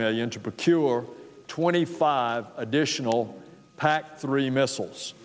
million to put to our twenty five additional pac three missiles